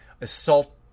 assault